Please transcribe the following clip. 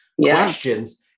questions